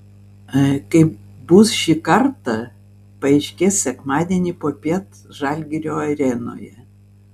kaip bus šį kartą paaiškės sekmadienį popiet žalgirio arenoje